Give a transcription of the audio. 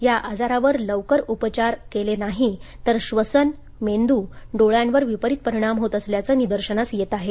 या आजारावर लवकर उपचार नाही केले तर श्वसन मेंदू डोळ्यांवर विपरीत परिणाम होत असल्याचे निदर्शनास येत आहे